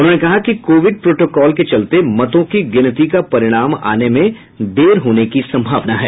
उन्होंने कहा कि कोविड प्रोटोकॉल के चलते मतों के गिनती का परिणाम आने में देर होने की संभावना है